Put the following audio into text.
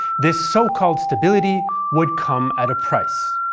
this so-called stability would come at a price.